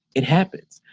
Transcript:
it happens.